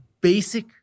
basic